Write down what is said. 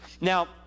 Now